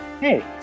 Hey